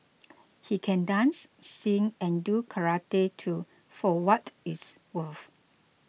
he can dance sing and do karate too for what it's worth